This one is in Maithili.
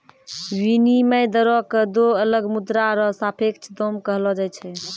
विनिमय दरो क दो अलग मुद्रा र सापेक्ष दाम कहलो जाय छै